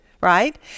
right